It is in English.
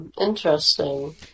interesting